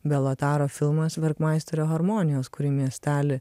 belataro filmas verpmaisterio harmonijos kurį miestelį